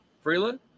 Freeland